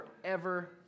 forever